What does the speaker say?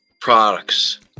products